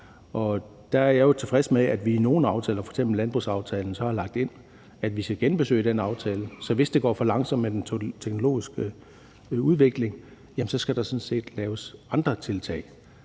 Der er jeg jo tilfreds med, at vi i nogle aftaler, f.eks. landbrugsaftalen, har lagt ind, at vi skal genbesøge den aftale; så hvis det går for langsomt med den teknologiske udvikling, skal der sådan set laves andre tiltag.